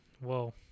Whoa